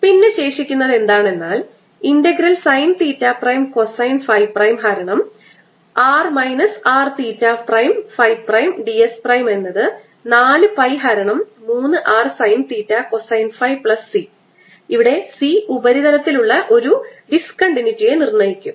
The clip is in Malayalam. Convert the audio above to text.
പിന്നെ ശേഷിക്കുന്നത് എന്താണെന്നാൽ integral sine theta prime cosine phi prime ഹരണം R minus r theta prime phi prime dS prime എന്നത് 4 പൈ ഹരണം 3 r sine theta cosine phi plus C ഇവിടെ C ഉപരിതലത്തിൽ ഉള്ള ഒരു ഡിസ്കണ്ടിന്യൂവിറ്റിയെ നിർണ്ണയിക്കും